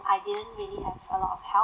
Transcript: I didn't really have a lot of help